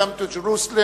Welcome to Jerusalem,